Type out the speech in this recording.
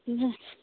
ᱦᱮᱸ